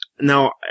now